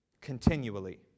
continually